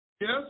Yes